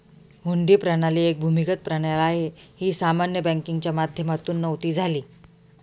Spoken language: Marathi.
हुंडी प्रणाली एक भूमिगत प्रणाली आहे, ही सामान्य बँकिंगच्या माध्यमातून नव्हती झाली